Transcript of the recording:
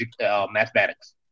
mathematics